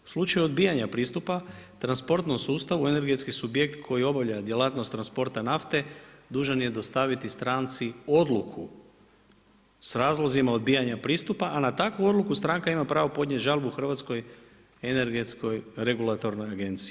U slučaju odbijanja pristupa, transportnom sustavu energetski subjekt koji obavlja djelatnost transporta nafte, dužan je dostaviti stranci odluku s razlozima odbijanja pristupa a na takvu odluku stranka ima pravo podnijeti žalbu Hrvatskoj energetskoj regulatornoj agenciji.